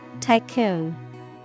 Tycoon